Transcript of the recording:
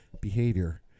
behavior